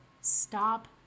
Stop